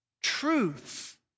Truth